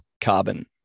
carbon